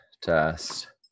test